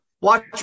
watch